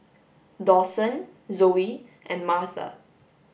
Dawson Zoe and Martha